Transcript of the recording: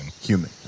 Human